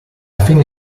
fine